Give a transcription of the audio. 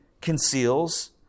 conceals